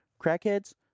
crackheads